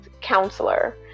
counselor